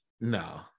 no